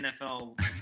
NFL